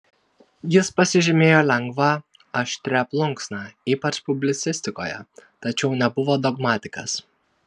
jis pasižymėjo lengva aštria plunksna ypač publicistikoje tačiau nebuvo dogmatikas